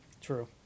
True